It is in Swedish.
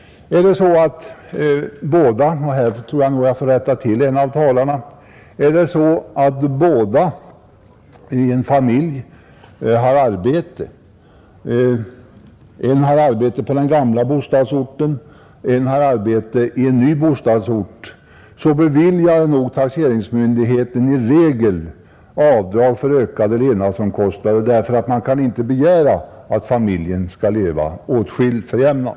Är det så att båda makarna har arbete — och här får jag nog rätta till en av de tidigare talarna — den ene på den gamla bostadsorten och den andre på den nya, beviljar nog taxeringsmyndigheten i regel avdrag för ökade levnadsomkostnader, därför att man kan ju inte begära att familjen skall leva åtskild för jämnan.